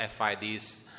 FIDs